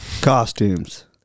Costumes